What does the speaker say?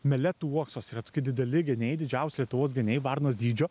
meletų uoksuos yra tokie dideli geniai didžiausi lietuvos geniai varnos dydžio